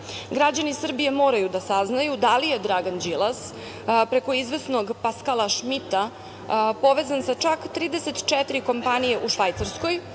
Građani Srbije moraju da saznaju da li je Dragan Đilas preko izvesnog Paskala Šmita povezan sa čak 34 kompanije u Švajcarskoj,